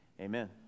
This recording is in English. amen